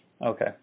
Okay